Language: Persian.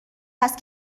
است